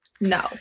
No